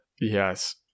Yes